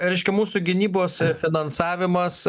reiškia mūsų gynybos e finansavimas